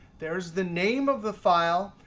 there is the name of the file,